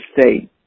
state